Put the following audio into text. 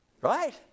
Right